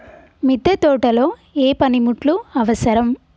మిద్దె తోటలో ఏ పనిముట్లు అవసరం?